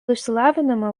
išsilavinimą